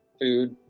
food